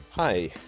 Hi